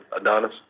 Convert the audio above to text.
Adonis